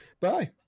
Bye